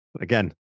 Again